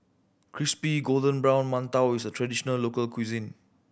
crispy golden brown mantou is a traditional local cuisine